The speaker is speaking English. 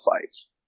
fights